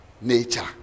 nature